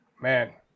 Man